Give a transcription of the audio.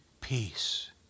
peace